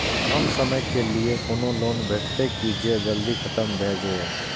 कम समय के लीये कोनो लोन भेटतै की जे जल्दी खत्म भे जे?